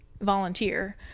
volunteer